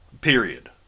period